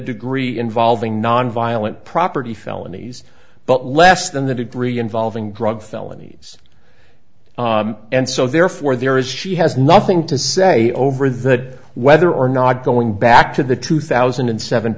degree involving nonviolent property felonies but less than that of three involving drug felonies and so therefore there is she has nothing to say over that whether or not going back to the two thousand and seven